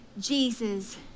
Jesus